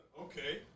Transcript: Okay